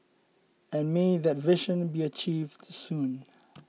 and may that vision be achieved soon